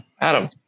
Adam